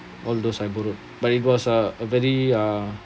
all those I borrowed but it was uh a very uh